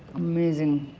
amazing!